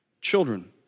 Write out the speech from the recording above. children